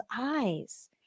eyes